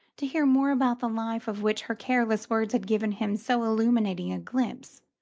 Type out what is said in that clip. to hear more about the life of which her careless words had given him so illuminating a glimpse